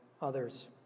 others